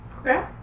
Okay